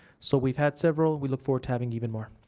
so we've had several. we look forward to having even more.